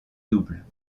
double